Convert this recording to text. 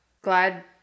glad